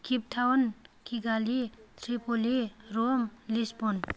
Cape Town Kigali Tripoli Rome Lisbon